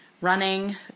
running